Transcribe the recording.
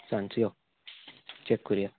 सांचो यो चॅक करुया